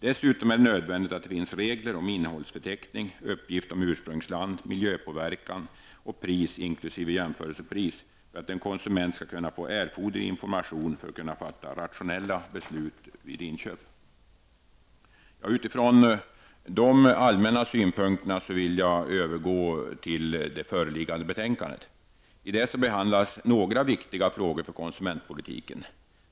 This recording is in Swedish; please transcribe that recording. Dessutom är det nödvändigt att det finns regler om innehållsförteckning, uppgift om ursprungsland, miljöpåverkan och pris inkl. jämförelsepris för att en konsument skall få erforderlig information för att kunna fatta rationella beslut vid inköp. Mot bakgrund av dessa allmänna synpunkter vill jag övergå till det föreliggande betänkandet. Där behandlas några för konsumentpolitiken viktiga frågor.